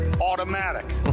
Automatic